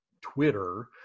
Twitter